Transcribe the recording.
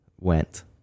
went